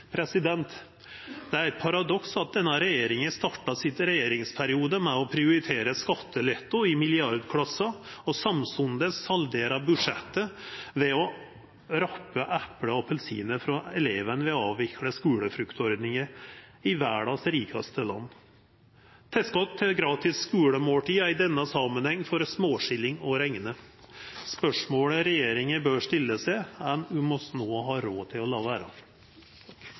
Det er eit paradoks at denne regjeringa starta regjeringsperioden sin med å prioritera skatteletter i milliardklassa og samstundes saldera budsjettet ved å rappa eple og appelsinar frå elevane ved å avvikla skulefruktordninga i verdas rikaste land. Tilskot til gratis skulemåltid er i denne samanhengen for småskilling å rekna. Spørsmålet regjeringa bør stilla seg, er om vi no har råd til å la det vera.